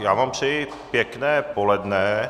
Já vám přeji pěkné poledne.